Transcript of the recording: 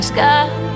sky